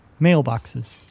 Mailboxes